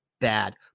bad